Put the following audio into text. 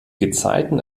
gezeiten